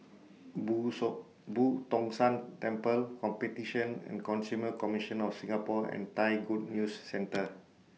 Boo thought Boo Tong San Temple Competition and Consumer Commission of Singapore and Thai Good News Centre